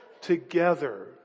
together